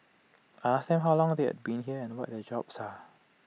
I asked them how long they have been here and what their jobs are